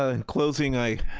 ah in closing i,